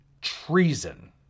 treason